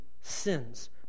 sins